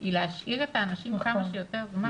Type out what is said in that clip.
היא להשאיר את האנשים כמה שיותר זמן.